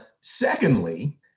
Secondly